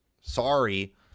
Sorry